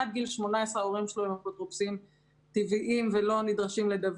עד גיל 18 ההורים שלו הם אפוטרופוסים טבעיים ולא נדרשים